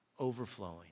Overflowing